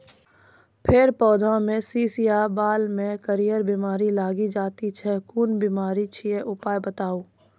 फेर पौधामें शीश या बाल मे करियर बिमारी लागि जाति छै कून बिमारी छियै, उपाय बताऊ?